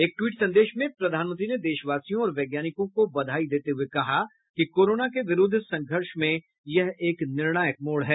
एक ट्वीट संदेश में प्रधानमंत्री ने देशवासियों और वैज्ञानिकों को बधाई देते हुए कहा कि कोरोना के विरूद्ध संघर्ष में यह एक निर्णायक मोड़ है